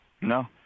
No